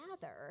gather